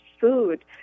food